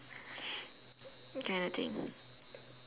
kind of thing